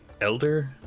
Elder